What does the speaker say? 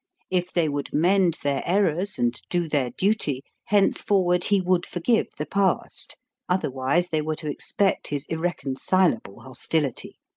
if they would mend their errors and do their duty, henceforward he would forgive the past otherwise they were to expect his irreconcilable hostility.